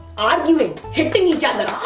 arguing. hitting each other. ahhhh!